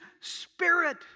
spirit